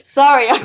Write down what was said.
sorry